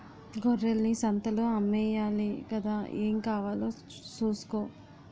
గొర్రెల్ని సంతలో అమ్మేయాలి గదా ఏం కావాలో సూసుకో